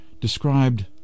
described